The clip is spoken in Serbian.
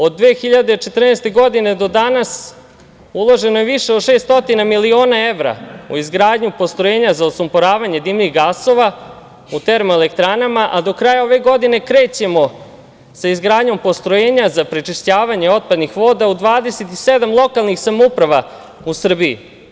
Od 2014. godine do danas uloženo je više od 600 miliona evra u izgradnju postrojenja za osumporavanje dimnih gasova u termoelektranama, a do kraja ove godine krećemo sa izgradnjom postrojenja za prečišćavanje otpadnih voda u 27 lokalnih samouprava u Srbiji.